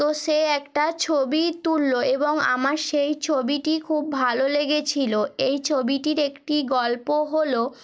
তো সে একটা ছবি তুললো এবং আমার সেই ছবিটি খুব ভালো লেগেছিলো এই ছবিটির একটি গল্প হল